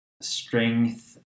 strength